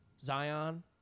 Zion